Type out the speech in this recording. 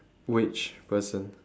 which person